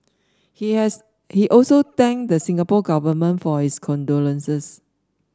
he has he also thanked the Singapore Government for his condolences